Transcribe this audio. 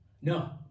No